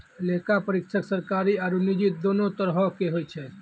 लेखा परीक्षक सरकारी आरु निजी दोनो तरहो के होय छै